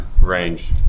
range